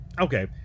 Okay